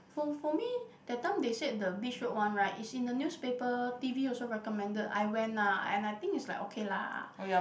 for for me that time they said the Beach Road one right is in the newspaper T_V also recommended I went ah and I think is like okay lah